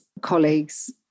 colleagues